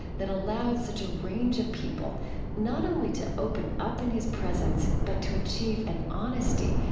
that allowed such a range of people not only to open up in his presence, but to achieve an honesty,